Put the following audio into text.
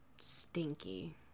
Stinky